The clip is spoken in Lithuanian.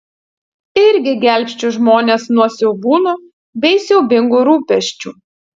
irgi gelbsčiu žmones nuo siaubūnų bei siaubingų rūpesčių